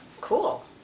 Cool